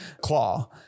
claw